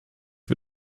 wir